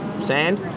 sand